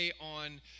on